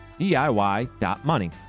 DIY.money